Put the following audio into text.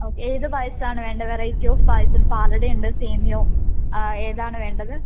okay ഏത് പായസം ആണ് വേണ്ടത് വെറൈറ്റി ഓഫ് പായസം പാലട ഉണ്ട് സേമിയോ ഏതാണ് വേണ്ടത്